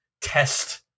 test